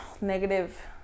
negative